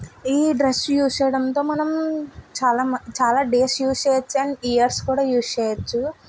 ఈ dress use చేయడంతో మనం చాలా చాలా డేస్ యూస్ చేయచ్చు అండ్ ఇయర్స్ కూడా యూస్ చేయచ్చు